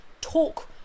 talk